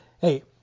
Hey